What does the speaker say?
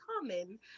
common